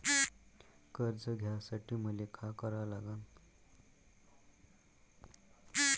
कर्ज घ्यासाठी मले का करा लागन?